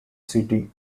city